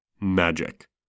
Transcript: Magic